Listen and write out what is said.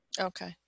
Okay